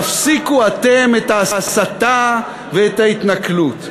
תפסיקו אתם את ההסתה ואת ההתנכלות.